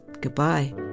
goodbye